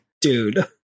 Dude